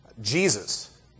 Jesus